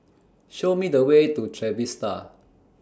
Show Me The Way to Trevista